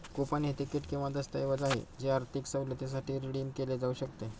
coupon हे तिकीट किंवा दस्तऐवज आहे जे आर्थिक सवलतीसाठी रिडीम केले जाऊ शकते